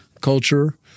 culture